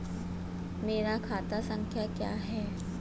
मेरा खाता संख्या क्या है?